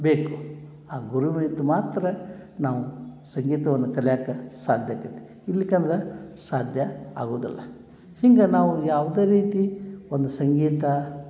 ಬೇಕು ಆ ಗುರುವಿದ್ ಮಾತ್ರ ನಾವು ಸಂಗೀತವನ್ನು ಕಲ್ಯಾಕ ಸಾಧ್ಯ ಆಕೈತಿ ಇಲ್ಕಂದ್ರೆ ಸಾಧ್ಯ ಆಗುದಿಲ್ಲ ಹಿಂಗೆ ನಾವು ಯಾವ್ದು ರೀತಿ ಒಂದು ಸಂಗೀತ